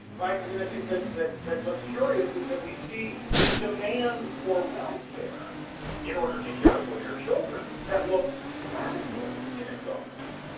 right, i mean, i think that that what's curious is that we see a demand for welfare in order to care for their children that looks radical in its own way.